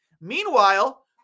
Meanwhile